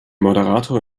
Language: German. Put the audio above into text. moderator